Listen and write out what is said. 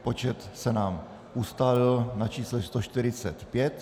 Počet se nám ustálil na čísle 145.